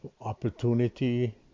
opportunity